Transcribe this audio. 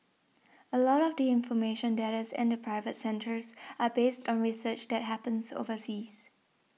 a lot of the information that is in the private centres are based on research that happens overseas